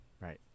right